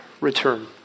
return